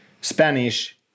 Spanish